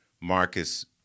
Marcus